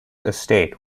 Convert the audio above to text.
estate